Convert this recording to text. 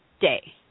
day